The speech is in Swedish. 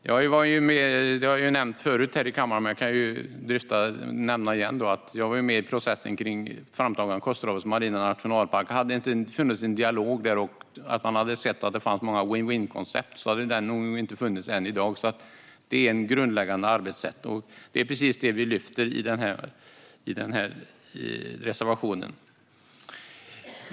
Som jag nämnt tidigare här i kammaren var jag med i processen med framtagandet av Kosterhavets marina nationalpark. Om det inte hade funnits en dialog där man såg att det fanns många win-win-koncept hade nog inte denna nationalpark funnits i dag. Det är ett grundläggande arbetssätt. Det är precis detta som vi lyfter upp i reservationen.